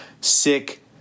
sick